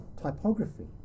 typography